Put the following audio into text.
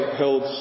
held